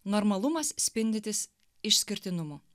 normalumas spinditis išskirtinumu